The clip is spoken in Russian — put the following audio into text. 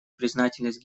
признательность